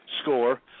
score